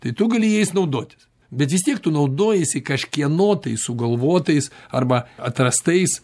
tai tu gali jais naudotis bet vis tiek tu naudojiesi kažkieno tai sugalvotais arba atrastais